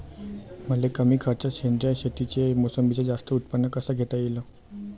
मले कमी खर्चात सेंद्रीय शेतीत मोसंबीचं जास्त उत्पन्न कस घेता येईन?